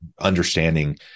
understanding